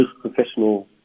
professional